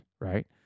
right